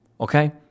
okay